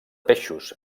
peixos